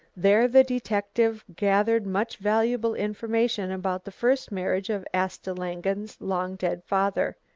there the detective gathered much valuable information about the first marriage of asta langen's long-dead father.